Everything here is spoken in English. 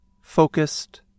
focused